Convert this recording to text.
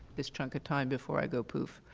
this chunk of time before i go poof.